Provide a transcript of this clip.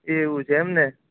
એવું છે એમને